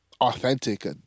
authentic